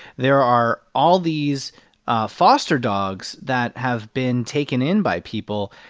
there are all these foster dogs that have been taken in by people.